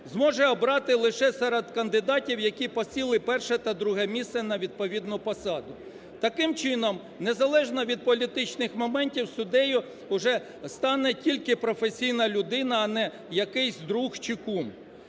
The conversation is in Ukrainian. зможе обрати лише серед кандидатів, які посіли І та ІІ місце на відповідну посаду. Таким чином, незалежно від політичних моментів суддею уже стане тільки професійна людина, а не якийсь друг чи кум.